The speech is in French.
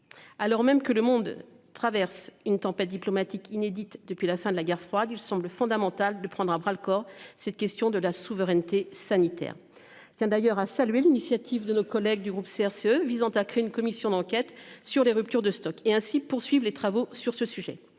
Alors même que le monde traverse une tempête diplomatique inédite depuis la fin de la guerre froide, il semble fondamental de prendre à bras le corps cette question de la souveraineté sanitaire. Tiens d'ailleurs à saluer l'initiative de nos collègues du groupe CRCE visant à créer une commission d'enquête sur les ruptures de stocks et ainsi poursuivent les travaux sur ce sujet.